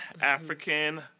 African